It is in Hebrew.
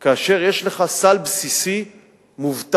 כאשר יש לך סל בסיסי מובטח.